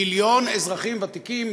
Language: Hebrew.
מיליון אזרחים ותיקים,